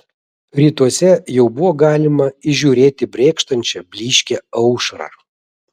rytuose jau buvo galima įžiūrėti brėkštančią blyškią aušrą